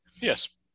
yes